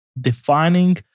defining